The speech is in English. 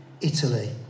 Italy